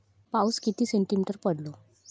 पाऊस किती सेंटीमीटर पडलो?